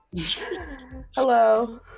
Hello